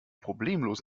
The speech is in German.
problemlos